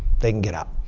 they can get out.